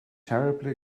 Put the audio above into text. terribly